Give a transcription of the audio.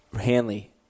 Hanley